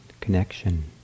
connection